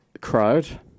Crowd